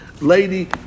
lady